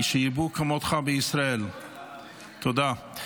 שירבו כמותך בישראל, תודה.